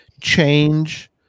change